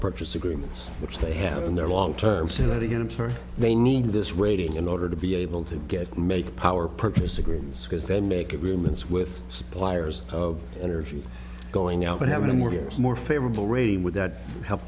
purchase agreements which they have in their long term say that again i'm sorry they need this rating in order to be able to get make power purpose agreements because they make agreements with suppliers of energy going out and having a more years more favorable rating would that help